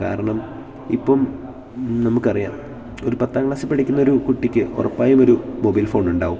കാരണം ഇപ്പം നമുക്കറിയാം ഒരു പത്താം ക്ലാസ്സിൽ പഠിക്കുന്നൊരു കുട്ടിക്ക് ഉറപ്പായും ഒരു മൊബൈൽ ഫോണുണ്ടാകും